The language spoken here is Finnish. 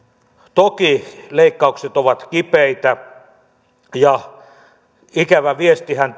toki leikkaukset ovat kipeitä ja ikävä viestihän